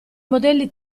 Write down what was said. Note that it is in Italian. modelli